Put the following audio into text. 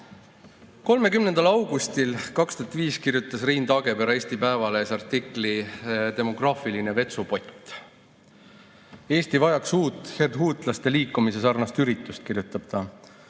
30. augustil 2005 kirjutas Rein Taagepera Eesti Päevalehes artikli "Demograafiline vetsupott". "EESTI vajaks uut hernhuutlaste liikumise sarnast üritust," kirjutab ta.